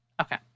Okay